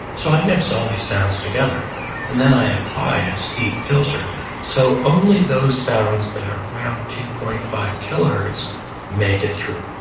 so i mix all these sounds together and then i apply a steep filter so only those sounds that are around two point five kilohertz make it through